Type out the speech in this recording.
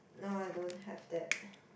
no I don't have that